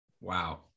Wow